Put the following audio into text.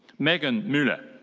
megan mueller.